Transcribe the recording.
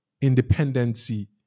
independency